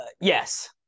Yes